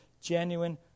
genuine